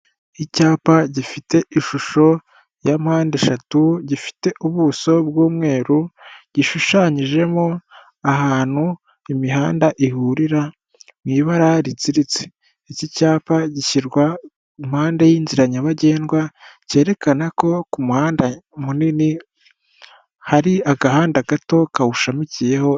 Icyapa gifite ishusho ya mpandeshatu, gifite ubuso bw'umweru, gishushanyijemo ahantu imihanda ihurira w'ibara ritsiritse, iki cyapa gishyirwa impande y'inzira nyabagendwa cyerekana ko ku muhanda munini hari agahandada gato kawushamikiyeho.